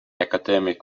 academic